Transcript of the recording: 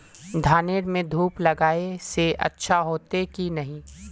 धानेर में धूप लगाए से अच्छा होते की नहीं?